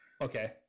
Okay